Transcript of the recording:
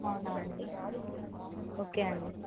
అవునా అండి ఓకే అండి